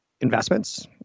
investments